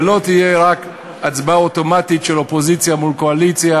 ולא תהיה רק הצבעה אוטומטית של האופוזיציה מול הקואליציה,